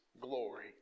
glory